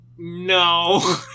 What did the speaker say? No